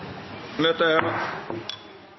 Møtet er heva.